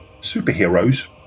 superheroes